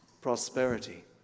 prosperity